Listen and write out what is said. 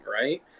right